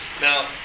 Now